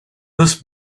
this